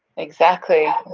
exactly,